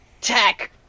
tech